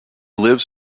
lives